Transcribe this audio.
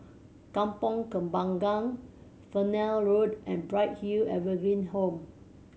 Kampong Kembangan Fernvale Road and Bright Hill Evergreen Home